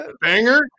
banger